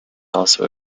also